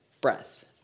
breath